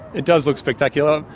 it does look spectacular.